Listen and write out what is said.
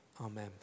Amen